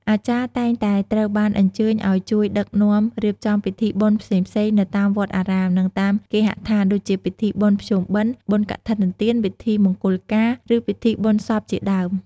អាចារ្យតែងតែត្រូវបានអញ្ជើញឱ្យជួយដឹកនាំរៀបចំពិធីបុណ្យផ្សេងៗ នៅតាមវត្តអារាម និងតាមគេហដ្ឋាន ដូចជាពិធីបុណ្យភ្ជុំបិណ្ឌ បុណ្យកឋិនទាន ពិធីមង្គលការ ឬពិធីបុណ្យសពជាដើម។